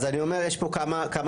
אז אני אומר, יש פה כמה דברים.